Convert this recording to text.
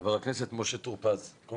חבר הכנסת משה טור פז, בבקשה.